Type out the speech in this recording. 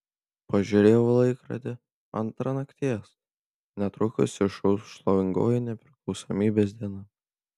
pažiūrėjau į laikrodį antra nakties netrukus išauš šlovingoji nepriklausomybės diena